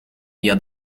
via